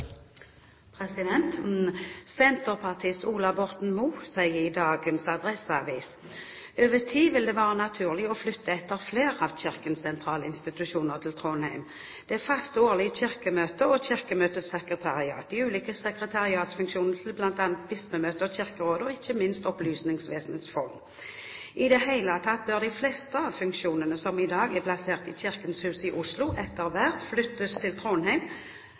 Senterpartiets Ola Borten Moe sier i Adresseavisen i dag: «Over tid vil det være naturlig å flytte etter flere av kirkens sentrale institusjoner til Trondheim. Det faste årlige Kirkemøtet og Kirkemøtets sekretariat, de ulike sekretariatsfunksjonene til blant annet Bispemøtet og Kirkerådet – og ikke minst Opplysningsvesenets Fond. I det hele tatt bør de fleste av funksjonene som i dag er plassert i Kirkens Hus i Oslo etter hvert flyttes til